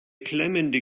klemmende